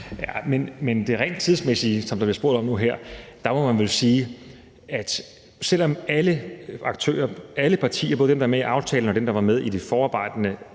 til det rent tidsmæssige, som der bliver spurgt om nu, må man vel sige, at selv om alle partier, både dem, der er med i aftalen, og dem, der var med i alt forarbejdet,